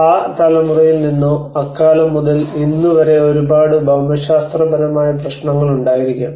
ആ തലമുറയിൽ നിന്നോ അക്കാലം മുതൽ ഇന്നുവരെ ഒരുപാട് ഭൌമശാസ്ത്രപരമായ പ്രശ്നങ്ങൾ ഉണ്ടായിരിക്കാം